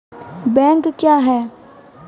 Bank क्या हैं?